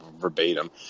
verbatim